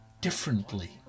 differently